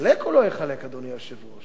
יחלק או לא יחלק, אדוני היושב-ראש?